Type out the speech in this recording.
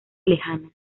lejana